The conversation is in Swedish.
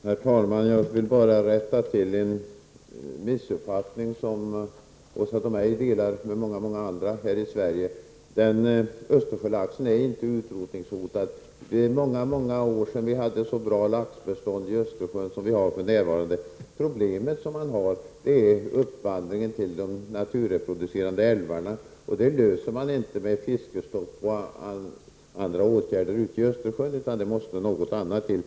Herr talman! Jag vill bara rätta till en missuppfattning som Åsa Domeij delar med många andra här i Sverige. Östersjölaxen är inte utrotningshotad. Det är många många år sedan vi i Östersjön hade ett så bra laxbestånd som för närvarande. Problemet är uppvandringen till de naturreproducerande älvarna, och det problemet löser man inte genom fiskestopp och andra åtgärder ute i Östersjön, utan något annat måste till.